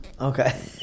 Okay